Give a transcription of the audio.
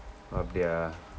அப்படியா:appadiyaa